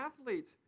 athletes